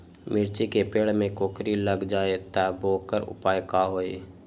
मिर्ची के पेड़ में कोकरी लग जाये त वोकर उपाय का होई?